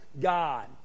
god